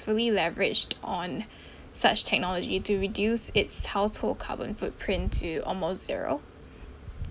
leveraged on such technology to reduce its household carbon footprint to almost zero